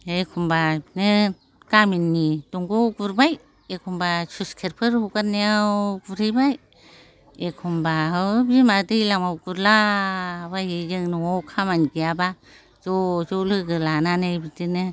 एखमब्ला गामिनि दंग'आव गुरबाय एखमब्ला स्लुइस गेटफोर हगारनायाव गुरहैबाय एखमब्ला बिमा दैलामआव गुरला बायो जों न'आव खामानि गैयाब्ला ज'ज' लोगो लानानै बिदिनो